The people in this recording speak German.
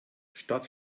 statt